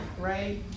right